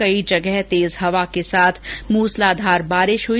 कई जगह तेज हवा के साथ मूसलाधार बारिश हुई